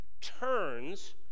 turns